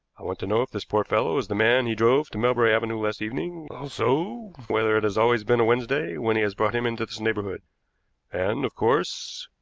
i want to know if this poor fellow is the man he drove to melbury avenue last evening, also whether it has always been a wednesday when he has brought him into this neighborhood and, of course,